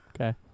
Okay